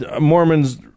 Mormons